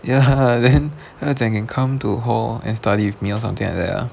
ya then 她讲 can come to hall and study with me or something like that ah